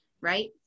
right